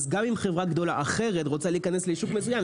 אז גם אם חברה גדולה אחרת רוצה להיכנס לשוק מסוים,